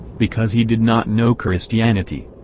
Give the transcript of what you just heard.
because he did not know christianity.